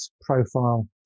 Profile